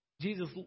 Jesus